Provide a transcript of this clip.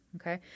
okay